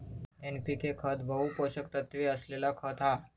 NPK खत बहु पोषक तत्त्व असलेला खत हा